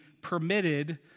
permitted